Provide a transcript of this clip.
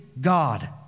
God